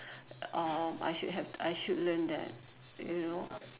uh I should have I should learn that you know